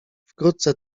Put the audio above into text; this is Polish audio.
wkrótce